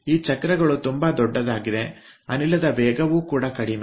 ಈ ಚಕ್ರಗಳು ತುಂಬಾ ದೊಡ್ಡದಾಗಿದೆ ಅನಿಲದ ವೇಗವೂ ಕೂಡ ಕಡಿಮೆ